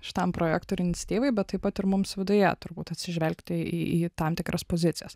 šitam projektui ir iniciatyvai bet taip pat ir mums viduje turbūt atsižvelgti į į tam tikras pozicijas